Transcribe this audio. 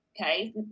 Okay